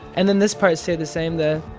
and then this part stayed the same, the.